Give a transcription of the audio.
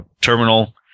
terminal